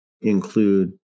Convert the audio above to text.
include